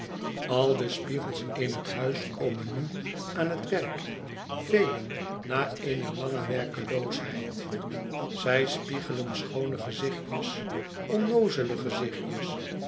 al de spiegels in het huis komen nu aan het werk velen na eene lange werkeloosheid zij spiegelen schoone gezichtjes onnoozele gezichtjes